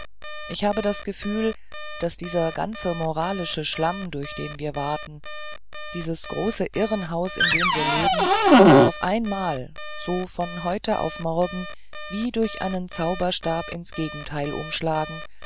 ich habe das gefühl daß dieser ganze moralische schlamm durch den wir waten dieses große irrenhaus in dem wir leben auf ein mal so von heute auf morgen wie durch einen zauberstab ins gegenteil umschlagen